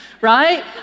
Right